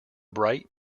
bright